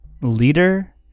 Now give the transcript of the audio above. leader